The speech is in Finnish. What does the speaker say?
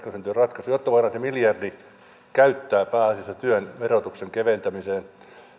löytävät ratkaisun jotta voidaan se miljardi käyttää pääasiassa työn verotuksen keventämiseen